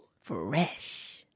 Fresh